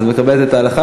אז את מקבלת את ההלכה?